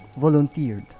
volunteered